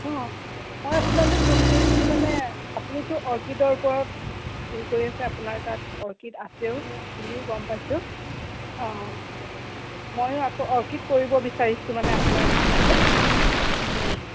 অ মই আপোনালৈ ফোন কৰিছিলোঁ মানে আপুনিতো অৰ্কিডৰ ওপৰত হেৰি কৰি আছে আপোনাৰ তাত অৰ্কিড আছে বুলিও গম পাইছোঁ অ ময়ো আকৌ অৰ্কিড কৰিব বিচাৰিছোঁ মানে আপোনাৰ নিচিনাকৈ ওম